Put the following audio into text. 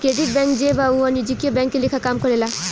credit union जे बा उ वाणिज्यिक बैंक के लेखा काम करेला